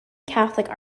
catholic